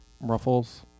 ruffles